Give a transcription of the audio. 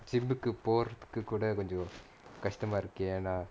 gym கு போறதுக்கு கூட கொஞ்சோ கஷ்டமா இருக்கு ஏன்னா:ku porathuku kooda konjo kashtamaa irukku yaennaa